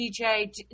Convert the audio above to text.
DJ